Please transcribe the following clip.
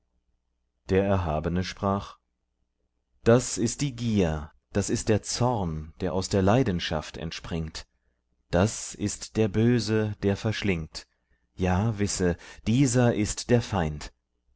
der erhabene sprach das ist die gier das ist der zorn der aus der leidenschaft entspringt das ist der böse der verschlingt ja wisse dieser ist der feind